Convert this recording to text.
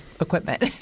equipment